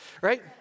right